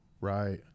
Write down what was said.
Right